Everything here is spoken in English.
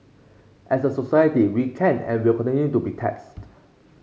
as a society we can and will continue to be tested